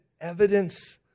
evidence